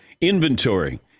inventory